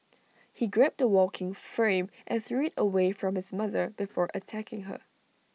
he grabbed the walking frame and threw IT away from his mother before attacking her